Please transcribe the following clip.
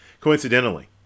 coincidentally